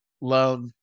love